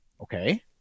Okay